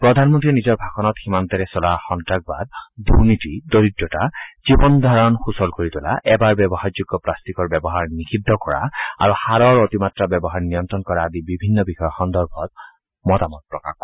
প্ৰধানমন্ত্ৰীয়ে নিজৰ ভাষণত সীমান্তৰে চলা সন্তাসবাদ দুনীতি দৰিদ্ৰতা জীৱন ধাৰণ সূচল কৰি তোলা এবাৰ ব্যৱহাৰযোগ্য প্লাষ্টিকৰ ব্যৱহাৰ নিষিদ্ধ কৰা আৰু সাৰৰ অতিমাত্ৰা ব্যৱহাৰ নিয়ন্ত্ৰণ কৰা আদি বিভিন্ন বিষয় সন্দৰ্ভত মতামত প্ৰকাশ কৰে